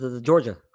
Georgia